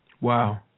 Wow